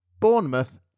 Bournemouth